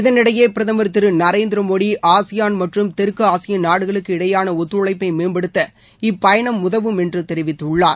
இதனிடையே பிரதமர் திரு நரேந்திர மோடி ஆசியான் மற்றும் தெற்கு ஆசிய நாடுகளுக்கு இடையேயான ஒத்துழைப்பை மேம்படுத்த இப்பயணம் உதவும் என்று தெரிவித்துள்ளார்